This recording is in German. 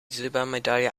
silbermedaille